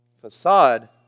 facade